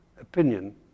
opinion